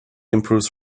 improves